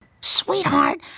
Sweetheart